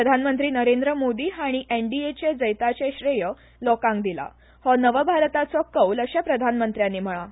प्रधानमंत्री नरेंद्र मोदी हाणी एनडीए चे जैताचे श्रेय लोकांक दिला हो नवभारताचो कौल अशे प्रधानमंत्र्यानी म्हळा